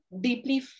deeply